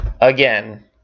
again